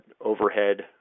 overhead